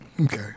Okay